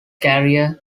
career